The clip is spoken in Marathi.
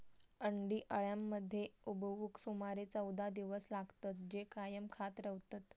अंडी अळ्यांमध्ये उबवूक सुमारे चौदा दिवस लागतत, जे कायम खात रवतत